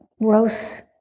gross